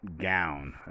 gown